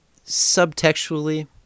subtextually